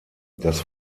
das